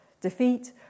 Defeat